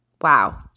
Wow